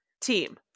team